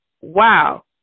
wow